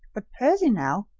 but percy, now,